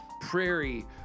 Prairie